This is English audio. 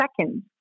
seconds